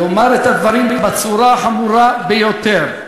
לומר את הדברים בצורה החמורה ביותר,